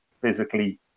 physically